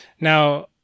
now